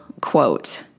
quote